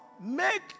Make